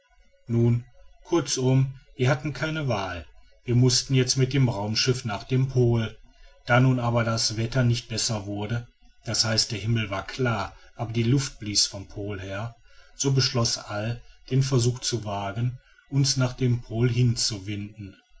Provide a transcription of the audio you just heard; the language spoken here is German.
nun kurzum wir hatten keine wahl wir mußten jetzt mit dem raumschiff nach dem pol da nun aber das wetter nicht besser wurde das heißt der himmel war klar aber die luft blies vom pol her so beschloß all den versuch zu wagen uns nach dem pol hinzuwinden wir